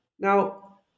Now